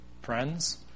friends